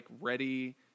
ready